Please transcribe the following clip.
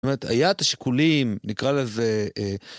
זאת אומרת, היה את השיקולים, נקרא לזה...